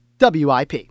WIP